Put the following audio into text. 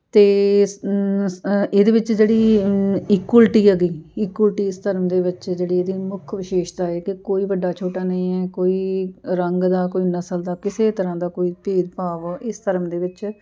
ਅਤੇ ਇਹਦੇ ਵਿੱਚ ਜਿਹੜੀ ਇਕੁਅਲਟੀ ਹੈਗੀ ਇਕੁਅਲਟੀ ਇਸ ਧਰਮ ਦੇ ਵਿੱਚ ਜਿਹੜੀ ਇਹਦੀ ਮੁੱਖ ਵਿਸ਼ੇਸ਼ਤਾ ਹੈ ਕਿ ਕੋਈ ਵੱਡਾ ਛੋਟਾ ਨਹੀਂ ਹੈ ਕੋਈ ਰੰਗ ਦਾ ਕੋਈ ਨਸਲ ਦਾ ਕਿਸੇ ਤਰ੍ਹਾਂ ਦਾ ਕੋਈ ਭੇਦ ਭਾਵ ਇਸ ਧਰਮ ਦੇ ਵਿੱਚ